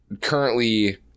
currently